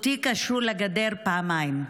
אותי קשרו לגדר פעמיים.